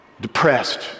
depressed